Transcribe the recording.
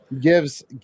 gives